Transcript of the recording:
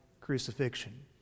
crucifixion